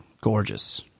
Gorgeous